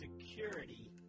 security